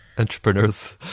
entrepreneurs